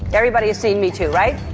everybody has seen me too, right?